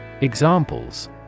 Examples